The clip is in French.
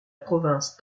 province